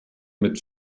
mit